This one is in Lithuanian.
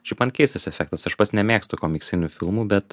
šiaip man keistas efektas aš pats nemėgstu komiksinių filmų bet